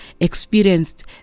experienced